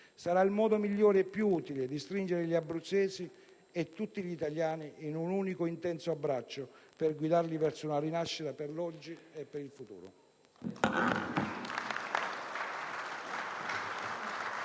sarà il modo migliore e più utile di stringere gli abruzzesi e tutti gli italiani in un unico, intenso abbraccio, per guidarli verso una rinascita per l'oggi e per il futuro*.